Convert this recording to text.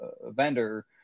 vendor